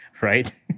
right